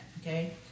okay